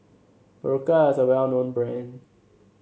Berocca is a well known brand